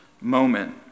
moment